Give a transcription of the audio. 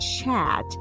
chat